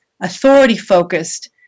authority-focused